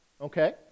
okay